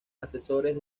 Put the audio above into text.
asesores